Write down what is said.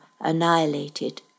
annihilated